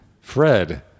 Fred